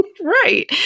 Right